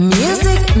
music